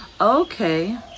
Okay